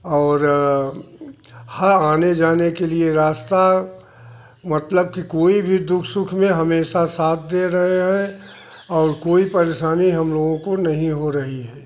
और हर आने जाने के लिए रास्ता मतलब कोई भी सुख दुख में हमेशा साथ दे रहे हैं और कोई परेशानी हम लोगों को नहीं हो रही है